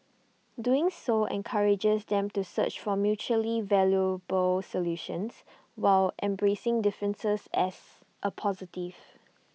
doing so encourages them to search for mutually valuable solutions while embracing differences as A positive